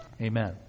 Amen